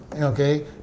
Okay